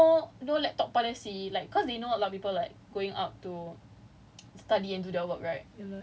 some establishments macam Coffee Bean they have no no laptop policy like cause they know a lot of people like going out to